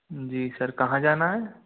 जी sir कहाँ जाना है